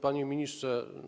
Panie Ministrze!